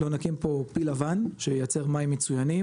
לא נקים פה פיל לבן שייצר מים מצוינים